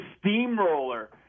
steamroller